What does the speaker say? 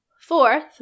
fourth